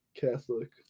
Catholic